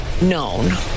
known